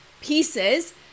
Pieces